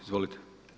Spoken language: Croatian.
Izvolite.